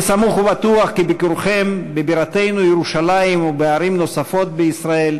אני סמוך ובטוח כי ביקורכם בבירתנו ירושלים ובערים נוספות בישראל